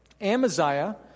Amaziah